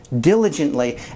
diligently